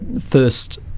first